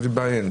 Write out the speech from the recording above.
הוטעיתי בעי"ן.